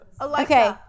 Okay